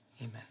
Amen